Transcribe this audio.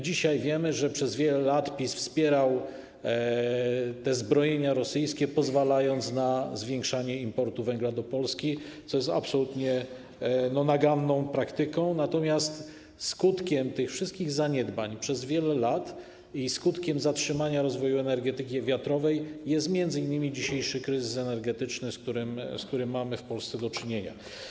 Dzisiaj wiemy, że przez wiele lat PiS wspierał zbrojenia rosyjskie, pozwalając na zwiększanie importu węgla do Polski, co jest absolutnie naganną praktyką, natomiast skutkiem tych wszystkich zaniedbań przez wiele lat i skutkiem zatrzymania rozwoju energetyki wiatrowej jest m.in. dzisiejszy kryzys energetyczny, z którym mamy w Polsce do czynienia.